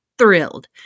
thrilled